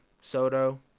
Soto